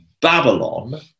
Babylon